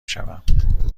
شوم